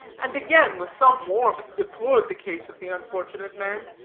and again, with some warmth, deplored the case of the unfortunate man,